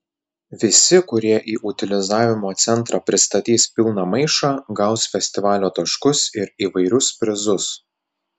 visi kurie į utilizavimo centrą pristatys pilną maišą gaus festivalio taškus ir įvairius prizus